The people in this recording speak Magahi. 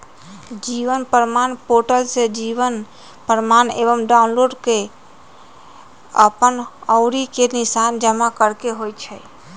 जीवन प्रमाण पोर्टल से जीवन प्रमाण एप डाउनलोड कऽ के अप्पन अँउरी के निशान जमा करेके होइ छइ